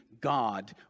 God